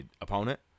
opponent